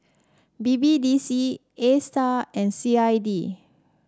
B B D C Astar and C I D